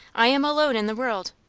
i am alone in the world!